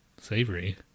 Savory